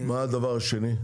מה הדבר השני?